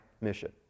mission